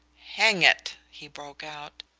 hang it, he broke out,